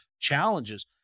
challenges